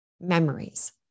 memories